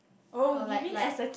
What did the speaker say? or like like